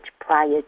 prior